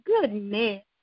Goodness